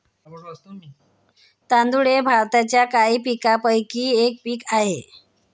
तांदूळ हे भारताच्या काही प्रमुख पीकांपैकी एक पीक आहे